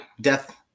Death